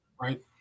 right